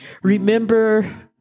Remember